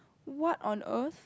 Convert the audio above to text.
what on earth